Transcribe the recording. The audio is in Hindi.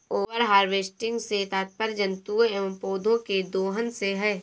ओवर हार्वेस्टिंग से तात्पर्य जंतुओं एंव पौधौं के दोहन से है